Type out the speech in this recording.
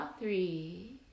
three